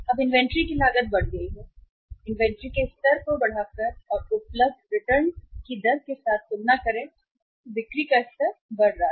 अब इन्वेंट्री की लागत बढ़ गई है इन्वेंट्री के स्तर को बढ़ाकर और उपलब्ध रिटर्न की दर के साथ तुलना करें बिक्री का स्तर बढ़ रहा है